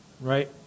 right